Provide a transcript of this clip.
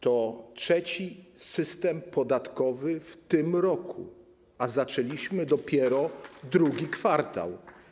To trzeci system podatkowy w tym roku, a zaczęliśmy dopiero II kwartał.